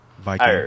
Viking